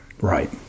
Right